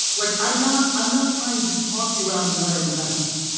like, i'm not i'm not trying to talk you out of wearing a mask.